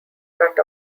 cut